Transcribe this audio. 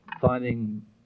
finding